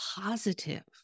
positive